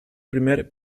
primer